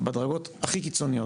בדרגות הכי קיצוניות.